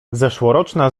zeszłoroczna